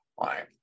right